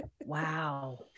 Wow